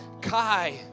Kai